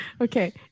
Okay